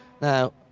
Now